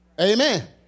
Amen